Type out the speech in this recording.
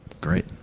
Great